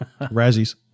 Razzies